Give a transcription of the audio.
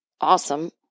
awesome